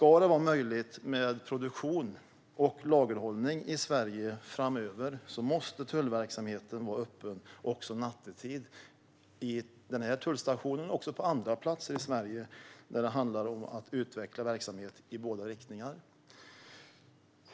Ska det vara möjligt med produktion och lagerhållning i Sverige framöver måste tullverksamheten vara öppen också nattetid både i den här tullstationen och på andra platser i Sverige där det handlar om att utveckla verksamhet i båda riktningar.